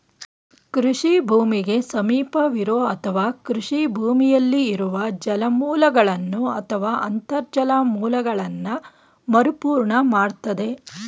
ಕೃಷಿ ಭೂಮಿಗೆ ಸಮೀಪವಿರೋ ಅಥವಾ ಕೃಷಿ ಭೂಮಿಯಲ್ಲಿ ಇರುವ ಜಲಮೂಲಗಳನ್ನು ಅಥವಾ ಅಂತರ್ಜಲ ಮೂಲಗಳನ್ನ ಮರುಪೂರ್ಣ ಮಾಡ್ತದೆ